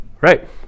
Right